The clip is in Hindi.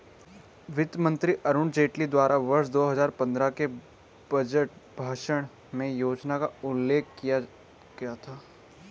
वित्त मंत्री अरुण जेटली द्वारा वर्ष दो हजार पन्द्रह के बजट भाषण में योजना का उल्लेख किया गया था